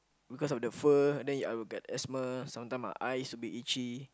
because of the fur then I will get asthma sometimes my eye will be itchy